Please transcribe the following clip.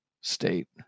state